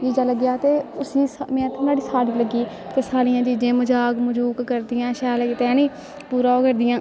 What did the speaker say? जीजा लग्गेया ते उस्सी में नुआड़ी साली लग्गी सालियां जीजे गी मजाक मजूक करदियां शैल कीते है निं पूरा ओह् करदियां